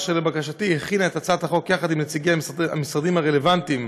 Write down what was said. אשר לבקשתי הכינה את הצעת החוק יחד עם נציגי המשרדים הרלוונטיים,